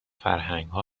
فرهنگها